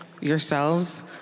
yourselves